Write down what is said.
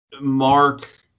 Mark